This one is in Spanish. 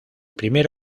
primer